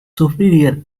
superior